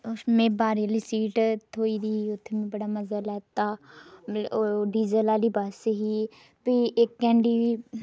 मिगी बारी आह्ली सीट थ्होई दी ही उत्थै में बड़ा मजा लैता डीजल आह्ली बस्स ही इक घैंटे